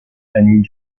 annie